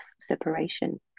separation